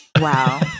Wow